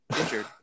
injured